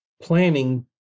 planning